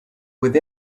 with